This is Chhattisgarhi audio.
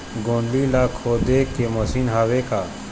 गोंदली ला खोदे के मशीन हावे का?